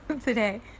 today